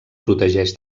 protegeix